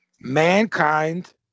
Mankind